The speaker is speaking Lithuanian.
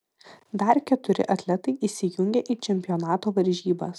dar keturi atletai įsijungia į čempionato varžybas